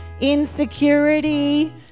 insecurity